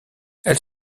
elle